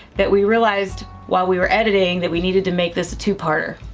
that we realized while we were editing, that we needed to make this a two parter.